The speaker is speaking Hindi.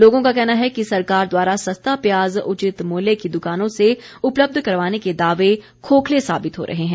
लोगों का कहना है कि सरकार द्वारा सस्ता प्याज उचित मूल्य की दुकानों से उपलब्ध करवाने के दावे खोखले साबित हो रहे हैं